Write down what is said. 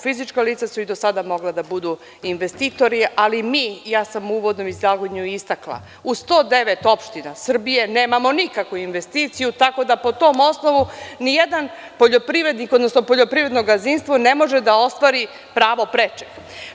Fizička lica su i do sada mogli da budu investitori, ali mi, ja sam u uvodnom izlaganju istakla, u 109 opština Srbije nemamo nikakvu investiciju, tako da po tom osnovu nijedan poljoprivrednik, niti poljoprivredno gazdinstvo ne može da ostvari pravo prečeg.